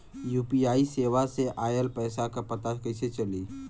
UPI सेवा से ऑयल पैसा क पता कइसे चली?